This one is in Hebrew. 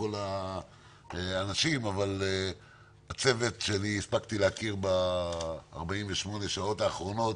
האנשים הצוות שאני הספקתי להכיר ב-48 השעות האחרונות